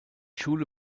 schule